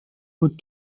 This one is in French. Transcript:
aux